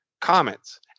comments